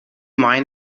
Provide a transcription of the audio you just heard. mind